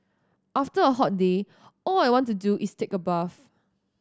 after a hot day all I want to do is take a bath